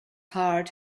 heart